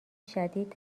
شدید